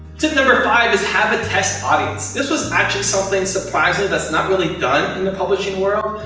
tip number five, is have a test audience. this was actually something surprising, that's not really done in the publishing world.